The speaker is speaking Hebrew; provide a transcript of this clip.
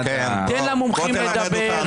תן למומחים לדבר.